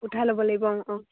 উঠাই ল'ব লাগিব অঁ